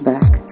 Back